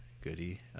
goody